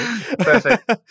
Perfect